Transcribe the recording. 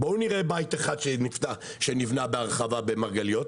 בואו נראה בית אחד שנבנה בהרחבה במרגליות?